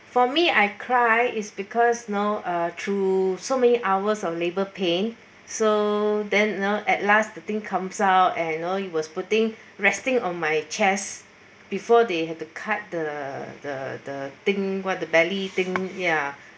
for me I cried is because you know uh through so many hours of labour pain so then you know at last the thing comes out and you know he was putting resting on my chest before they had to cut the the the thing what the belly thing ya